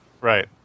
Right